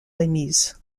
remise